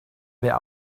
wer